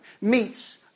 meets